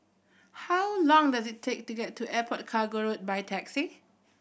how long does it take to get to Airport Cargo Road by taxi